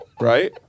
right